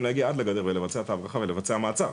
להגיע עד לגדר ולבצע את ההברחה - ולבצע מעצר.